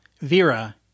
Vera